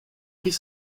pris